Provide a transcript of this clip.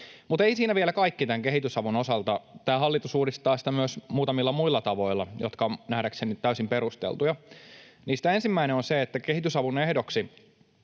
Mutta ei siinä vielä kaikki tämän kehitysavun osalta. Tämä hallitus uudistaa sitä myös muutamilla muilla tavoilla, jotka ovat nähdäkseni täysin perusteltuja. Niistä ensimmäinen on se, että kehitysavun ehdoksi